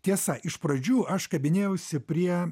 tiesa iš pradžių aš kabinėjausi prie